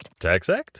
TaxAct